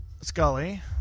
Scully